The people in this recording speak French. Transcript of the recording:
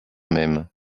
même